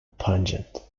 pungent